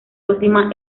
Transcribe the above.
última